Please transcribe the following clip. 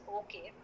okay